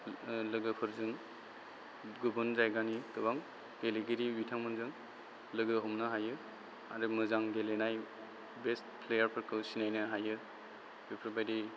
लोगोफोरजों गुबुन जायगानि गोबां गेलेगिरि बिथांमोनजों लोगो हमनो हायो आरो मोजां गेलेनाय बेस्ट प्लेयारफोरखौ सिनायनो हायो बेफोरबायदि